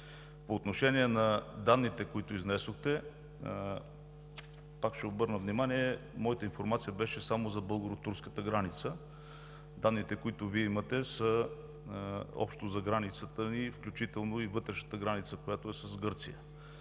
По отношение на данните, които изнесохте, отново ще обърна внимание: моята информация беше само за българо-турската граница. Данните, които Вие имате, са общо за границата ни, включително и вътрешната граница, която е с Гърция.